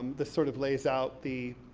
this sort of lays out the